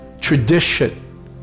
tradition